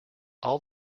all